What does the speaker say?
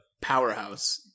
powerhouse